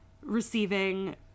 receiving